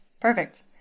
Perfect